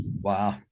Wow